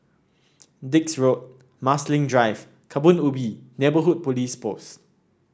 Dix Road Marsiling Drive Kebun Ubi Neighbourhood Police Post